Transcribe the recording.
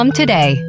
today